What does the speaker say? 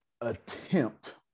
attempt